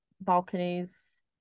Balconies